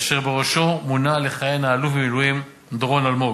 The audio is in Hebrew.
אשר בראשו מונה לכהן האלוף במילואים דורון אלמוג.